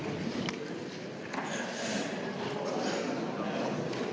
Hvala.